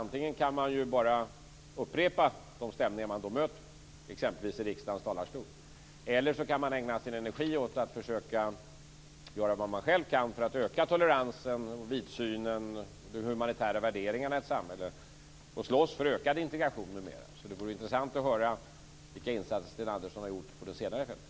Antingen kan man återge de stämningar som man möter, t.ex. i riksdagens talarstol, eller så kan man ägna sin energi åt att göra vad man själv kan för att öka toleransen, vidsynen och förstärka de humanitära värderingarna i ett samhälle och slåss för ökad integration. Det vore intressant att höra vilka insatser som Sten Andersson har gjort på det senare fältet.